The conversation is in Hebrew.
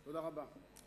תודה רבה.